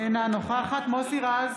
אינה נוכחת מוסי רז,